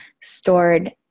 stored